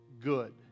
good